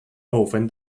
often